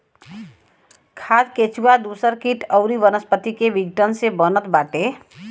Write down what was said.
खाद केचुआ दूसर किट अउरी वनस्पति के विघटन से बनत बाटे